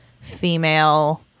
female